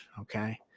Okay